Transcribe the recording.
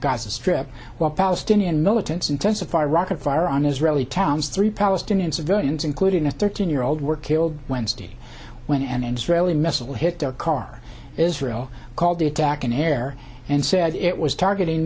gaza strip while palestinian militants intensify rocket fire on israeli towns three palestinian civilians including a thirteen year old were killed wednesday when and israeli missile hit their car israel called the attack an air and said it was targeting